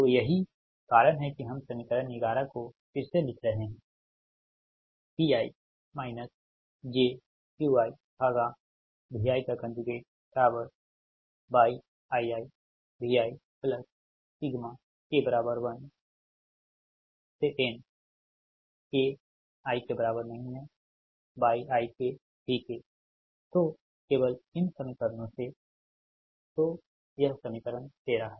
तो यही कारण है कि हम समीकरण 11 को फिर से लिख रहे है Pi j QiVi YiiVik 1 k inYik Vk तो केवल इन समीकरणों से Pi j Qi ViYiiVik 1 k inYik Vk तो यह समीकरण 13 हैं